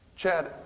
Chad